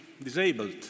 disabled